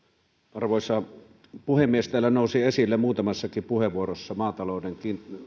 arvoisa puhemies täällä nousi esille muutamassakin puheenvuorossa maatalouden